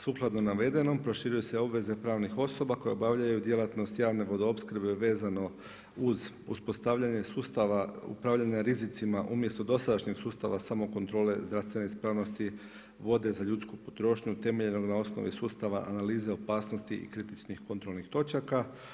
Sukladno navedenom proširuju se obveze pravnih osoba koje obavljaju djelatnost javne vodoopskrbe vezano uz uspostavljenje sustava upravljanja rizicima umjesto dosadašnjeg sustava samokontrole zdravstvene ispravnosti vode za ljudsku potrošnju temeljenog na osnovi sustava analize opasnosti i kartičnih kontrolnih točaka.